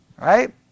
Right